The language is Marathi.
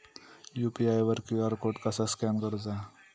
यू.पी.आय वर क्यू.आर कोड कसा स्कॅन करूचा?